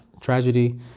tragedy